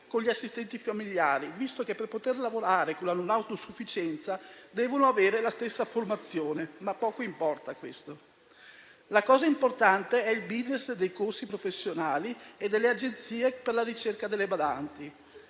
clone degli assistenti familiari, visto che per poter lavorare con la non autosufficienza devono avere la stessa formazione, ma poco importa questo. La cosa importante è il *business* dei corsi professionali e delle agenzie per la ricerca delle badanti.